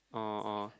oh oh